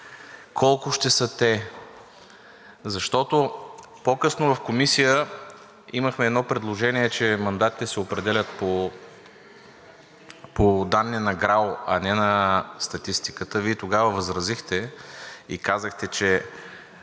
колко ще са те, защото по-късно в Комисията имахме едно предложение, че мандатите се определят по данни на ГРАО, а не на статистиката. Вие тогава възразихте и казахте, че